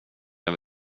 jag